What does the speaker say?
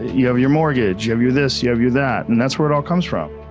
you have your mortgage. you have your this you have your that. and that's where it all comes from.